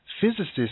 physicists